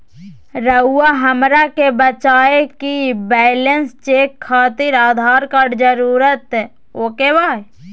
रउआ हमरा के बताए कि बैलेंस चेक खातिर आधार कार्ड जरूर ओके बाय?